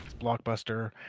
blockbuster